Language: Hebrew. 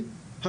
ה',